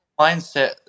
mindset